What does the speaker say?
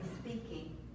speaking